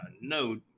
note